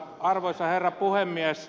arvoisa herra puhemies